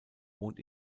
wohnt